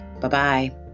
bye-bye